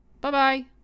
Bye-bye